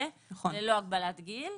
הנספה ללא הגבת גיל.